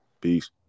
Peace